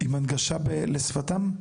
עם הנגשה לשפתם?